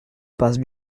passe